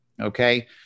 okay